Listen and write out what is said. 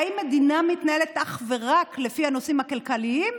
האם מדינה מתנהלת אך ורק לפי הנושאים הכלכליים?